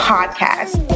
Podcast